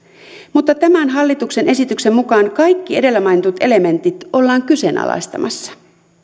mutta tämän hallituksen esityksen mukaan kaikki edellä mainitut elementit ollaan kyseenalaistamassa